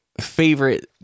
favorite